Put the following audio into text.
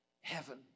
heaven